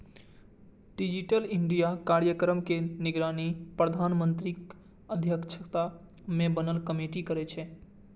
digital India कार्यक्रम के निगरानी प्रधानमंत्रीक अध्यक्षता मे बनल कमेटी करै छै